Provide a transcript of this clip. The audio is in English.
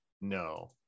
No